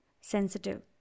sensitive